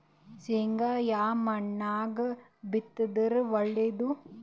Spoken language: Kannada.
ಶೇಂಗಾ ಯಾ ಮಣ್ಣಾಗ ಬಿತ್ತಿದರ ಒಳ್ಳೇದು?